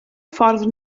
ffordd